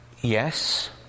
Yes